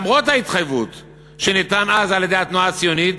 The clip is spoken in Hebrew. למרות ההתחייבות שניתנה אז על-ידי התנועה הציונית,